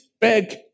beg